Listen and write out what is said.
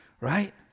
right